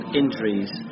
injuries